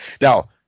Now